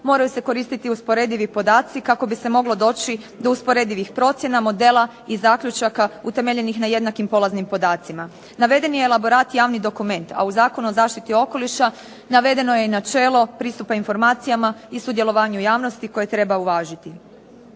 moraju se koristiti usporedivi podaci kako bi se moglo doći do usporedivih procjena, modela i zaključaka utemeljenih na jednakim polaznim podacima. Navedeni elaborat je javni dokument, a u Zakonu o zaštiti okoliša navedeno je i načelo pristupa informacijama i sudjelovanju javnosti koje treba uvažiti.